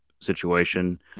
situation